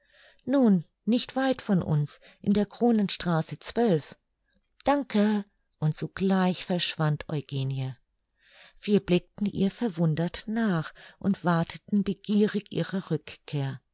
nun nicht weit von uns in der kronenstraße danke und sogleich verschwand eugenie wir blickten ihr verwundert nach und warteten begierig ihrer rückkehr